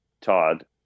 Todd